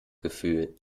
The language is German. gefühl